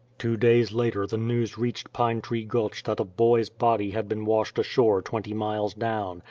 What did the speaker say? two days later the news reached pine tree gulch that a boy's body had been washed ashore twenty miles down,